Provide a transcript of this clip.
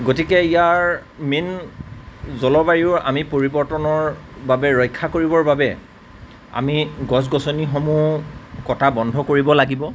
গতিকে ইয়াৰ মেইন জলবায়ুৰ আমি পৰিবৰ্তনৰ বাবে ৰক্ষা কৰিবৰ বাবে আমি গছ গছনিসমূহ কটা বন্ধ কৰিব লাগিব